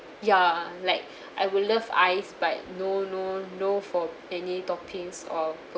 ya like I would love ice but no no no for any toppings or